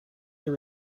your